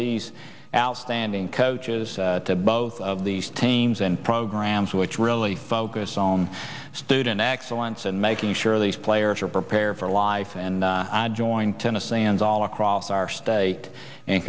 these outstanding coaches both of these teams and programs which really focus on student excellence and making sure these players are prepared for life and join tennesseeans all across our state and